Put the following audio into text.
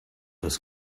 was